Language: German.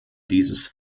dieses